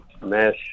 mesh